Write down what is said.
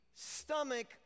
Stomach